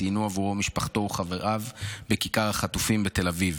ציינו בעבורו משפחתו וחבריו בכיכר החטופים בתל אביב